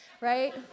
right